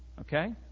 Okay